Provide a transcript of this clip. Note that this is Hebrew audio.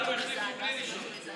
לנו החליפו בלי לשאול.